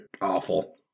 awful